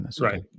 Right